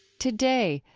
today,